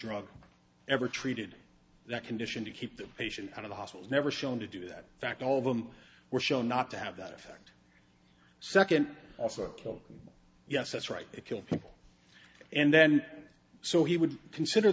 drug ever treated that condition to keep the patient out of the hospital never shown to do that fact all of them were shown not to have that effect second also kill yes that's right it kill people and then so he would consider